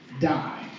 die